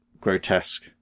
grotesque